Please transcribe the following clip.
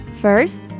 First